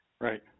right